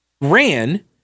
ran